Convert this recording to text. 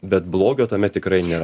bet blogio tame tikrai nėra